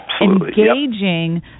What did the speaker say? engaging